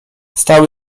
stał